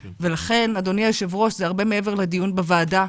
לכן, אדוני היושב-ראש, זה הרבה מעבר לדיון בוועדה.